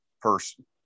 person